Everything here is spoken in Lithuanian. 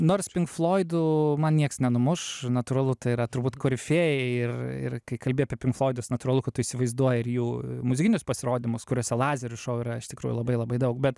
nors pink floidų man nieks nenumuš natūralu tai yra turbūt korifėjai ir ir kai kalbi apie pink floidus natūralu kad tu įsivaizduoji ir jų muzikinius pasirodymus kuriuose lazerių šou yra iš tikrųjų labai labai daug bet